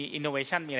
Innovation